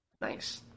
Nice